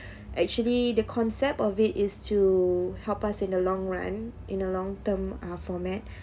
actually the concept of it is to help us in the long run in the long term uh format